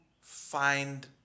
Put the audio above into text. find